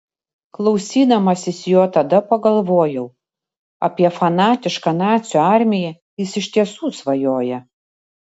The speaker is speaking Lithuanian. klausydamasis jo tada pagalvojau apie fanatišką nacių armiją jis iš tiesų svajoja